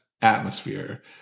atmosphere